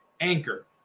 Anchor